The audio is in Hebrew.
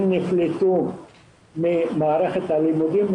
הם נפלטו ממערכת הלימודים,